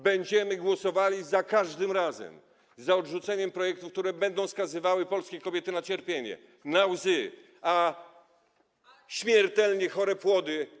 Będziemy głosowali za każdym razem za odrzuceniem projektów, które będą skazywały polskie kobiety na cierpienie, na łzy, a śmiertelnie chore płody.